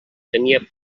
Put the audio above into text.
tenia